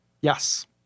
Yes